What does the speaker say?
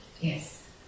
Yes